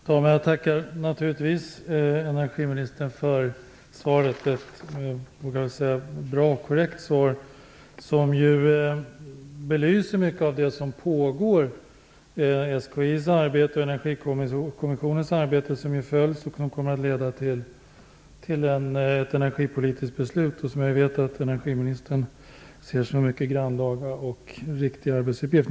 Fru talman! Jag tackar naturligtvis energiministern för svaret. Det är ett bra och korrekt svar, som ju belyser mycket av det som pågår när det gäller SKI:s arbete och Energikommissionens arbete och som kan leda till ett energipolitiskt beslut. Vi vet att energiministern ser det som en mycket grannlaga och viktig arbetsuppgift.